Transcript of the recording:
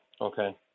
Okay